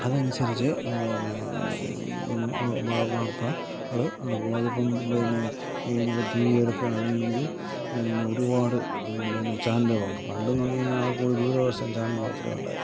അതനുസരിച്ചേ പിന്നെ വാർത്തകൾ നടക്കൂ അതിപ്പം പിന്നെ ഇപ്പോൾ ടി വി എടുക്കുകയാണെങ്കിൽ ഒരുപാട് പിന്നെ ചാനലുകളുണ്ട് പണ്ടെന്ന് പറഞ്ഞു കഴിഞ്ഞാൽ ആകെക്കൂടെ ദൂരദർശൻ ചാനൽ മാത്രമേ ഉണ്ടായിരുന്നു